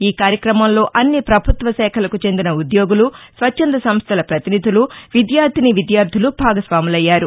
ఈ కార్యక్రమంలో అన్ని పభుత్వ శాఖలకు చెందిన ఉద్యోగులు స్వచ్చంధ సంస్టల ప్రతినిధులు విద్యార్థినీ విద్యార్థులు భాగస్వాములయ్యారు